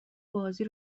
بازی